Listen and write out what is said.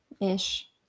ish